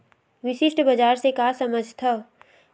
विशिष्ट बजार से का समझथव?